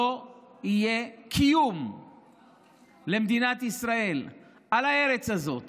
לא יהיה קיום למדינת ישראל על הארץ הזאת